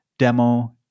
demo